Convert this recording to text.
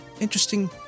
Interesting